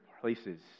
places